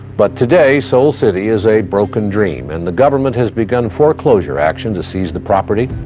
but today, soul city is a broken dream and the government has begun foreclosure action to seize the property.